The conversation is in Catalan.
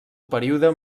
període